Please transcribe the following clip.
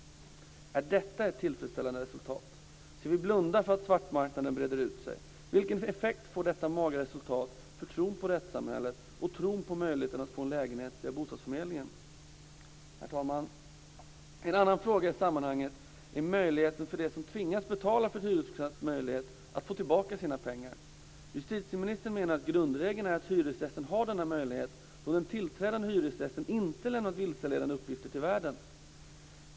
Är detta ett tillfredsställande resultat? Skall vi blunda för att svartmarknaden breder ut sig? Vilken effekt får detta magra resultat för tron på rättssamhället och tron på möjligheten att få en lägenhet via bostadsförmedlingen? Herr talman! En annan fråga i sammanhanget är möjligheten för dem som tvingas att betala för en hyresrätt att få tillbaka sina pengar. Justitieministern menar att grundregeln är att hyresgästen har denna möjlighet då den tillträdande hyresgästen inte lämnat vilseledande uppgifter till värden.